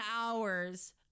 hours